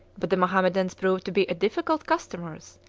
but the mohammedans proved to be difficult customers,